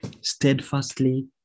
steadfastly